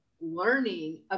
learning